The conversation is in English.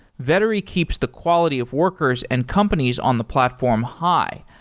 vettery keeps the quality of workers and companies on the platform high,